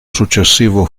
successivo